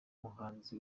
muhanzi